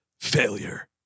failure